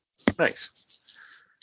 Thanks